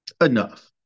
enough